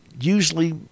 Usually